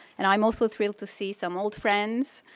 and i'm also thrilled to see some old friends